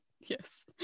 Yes